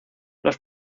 los